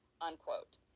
Unquote